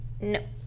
No